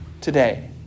today